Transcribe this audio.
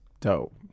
dope